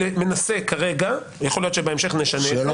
מנסה כרגע - יכול להיות שבהמשך נשנה - לשנות.